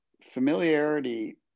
familiarity